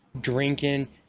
drinking